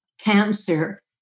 cancer